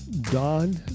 Don